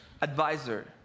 advisor